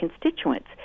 constituents